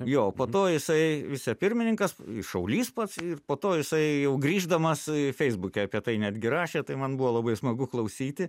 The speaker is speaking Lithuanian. jo po to jisai vicepirmininkas šaulys pats ir po to jisai jau grįždamas feisbuke apie tai netgi rašė tai man buvo labai smagu klausyti